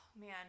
man